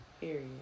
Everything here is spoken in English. Period